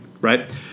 right